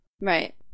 right